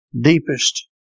deepest